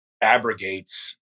abrogates